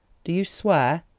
do you swear?